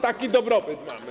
Taki dobrobyt mamy.